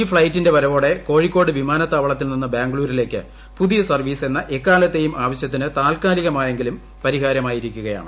ഈ ഫ്ളൈറ്റിന്റെ വരവോടെ ക്കോഴിക്കോട് വിമാനത്താവളത്തിൽ നിന്ന് ബാംഗ്ളൂരിലേക്ക് പുതിയ സർവ്വീസ് എന്ന എക്കാലത്തെയും ആവശ്യത്തിന് താത്കാലികമായെങ്കിലും പരിഹാരമായിരിക്കുകയാണ്